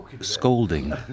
scolding